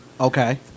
Okay